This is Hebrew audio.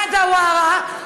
"שרה דווארה",